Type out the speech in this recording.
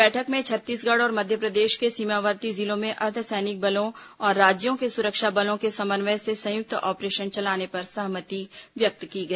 बैठक में छत्तीसगढ़ और मध्यप्रदेश के सीमावर्ती जिलों में अर्द्वसैनिक बलों और राज्यों के सुरक्षा बलों के समन्वय से संयुक्त ऑपरेशन चलाने पर सहमति व्यक्त की गई